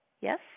yes